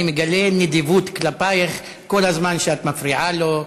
מגלה נדיבות כלפייך כל הזמן שאת מפריעה לו,